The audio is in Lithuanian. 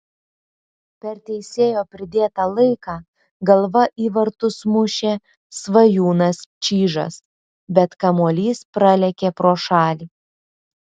per teisėjo pridėtą laiką galva į vartus mušė svajūnas čyžas bet kamuolys pralėkė pro šalį